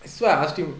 so I ask you